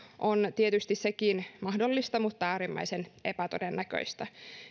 on tietysti sekin mahdollista mutta äärimmäisen epätodennäköistä